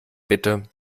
bitte